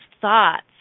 thoughts